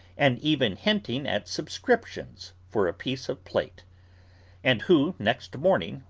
and even hinting at subscriptions for a piece of plate and who, next morning,